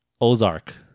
Ozark